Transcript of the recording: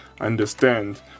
understand